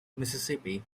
mississippi